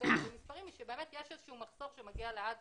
יש איזשהו מחסור שמגיע לעד